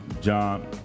John